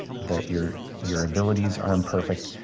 that your your abilities are imperfect,